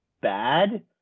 bad